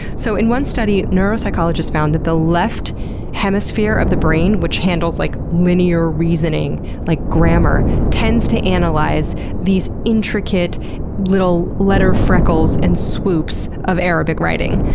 so in one study, neuropsychologists found that the left hemisphere of the brain, which handles like linear reasoning like grammar, tends to analyze these intricate little letter freckles and swoops of arabic writing.